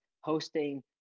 Hosting